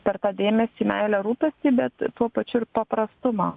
per tą dėmesį meilę rūpestį bet tuo pačiu ir paprastumą